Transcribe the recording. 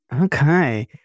Okay